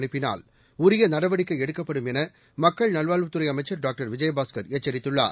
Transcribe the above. அனுப்பினால் உரிய நடவடிக்கை எடுக்கப்படும் என மக்கள் நல்வாழ்வுத்துறை அமைச்சர் டாக்டர் விஜயபாஸ்கர் எச்சரித்துள்ளார்